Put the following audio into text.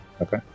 Okay